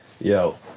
yo